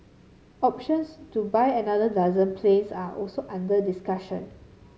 options to buy another dozen planes are also under discussion